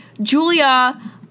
Julia